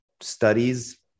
studies